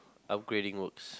upgrading works